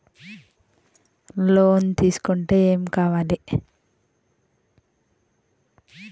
Loan తీసుకుంటే ఏం కావాలి?